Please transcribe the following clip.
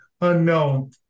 unknown